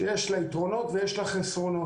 שיש לה יתרונות ויש לה חסרונות.